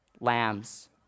lambs